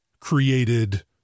created